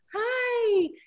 Hi